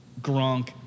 Gronk